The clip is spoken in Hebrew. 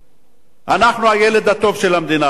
אנחנו הילד הטוב של המדינה, אדוני היושב-ראש.